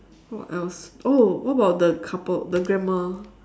what else oh what about the couple the grandma